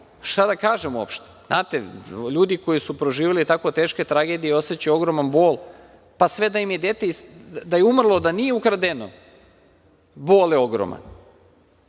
ta da kažemo uopšte. Znate, ljudi koji su proživeli tako teške tragedije osećaju ogroman bol, pa sve da im je dete umrlo, da nije ukradeno, bol je ogroman.